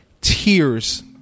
tears